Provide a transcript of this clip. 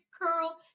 curl